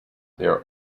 there